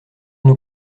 nous